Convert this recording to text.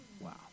Wow